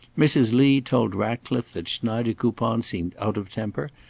mrs. lee told ratcliffe that schneidekoupon seemed out of temper,